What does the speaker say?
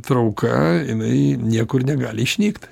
trauka jinai niekur negali išnykt